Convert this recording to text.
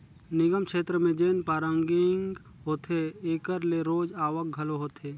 निगम छेत्र में जेन पारकिंग होथे एकर ले रोज आवक घलो होथे